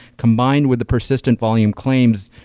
combined with the persistent volume claims,